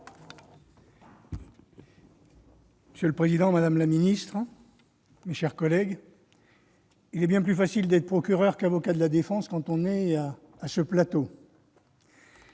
Monsieur le président, madame la secrétaire d'État, mes chers collègues, il est bien plus facile d'être procureur qu'avocat de la défense quand on s'exprime